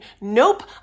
Nope